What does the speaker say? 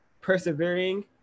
persevering